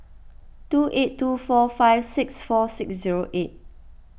two eight two four five six four six zero eight